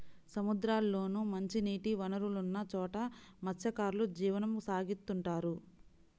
సముద్రాల్లోనూ, మంచినీటి వనరులున్న చోట మత్స్యకారులు జీవనం సాగిత్తుంటారు